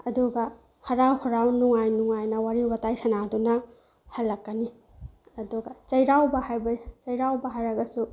ꯑꯗꯨꯒ ꯍꯔꯥꯎ ꯍꯔꯥꯎ ꯅꯨꯡꯉꯥꯏ ꯅꯨꯡꯉꯥꯏꯅ ꯋꯥꯔꯤ ꯋꯇꯥꯏ ꯁꯥꯅꯗꯨꯅ ꯍꯜꯂꯛꯀꯅꯤ ꯑꯗꯨꯒ ꯆꯩꯔꯥꯎꯕ ꯍꯥꯏꯕ ꯆꯩꯔꯥꯎꯕ ꯍꯥꯏꯔꯒꯁꯨ